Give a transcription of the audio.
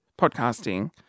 podcasting